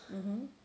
mmhmm